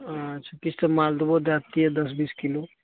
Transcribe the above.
अच्छा किछु तऽ माल देबहो दै दितियै दस बीस किलो